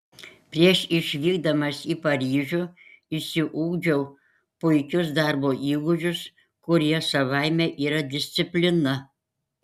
prieš išvykdamas į paryžių išsiugdžiau puikius darbo įgūdžius kurie savaime yra disciplina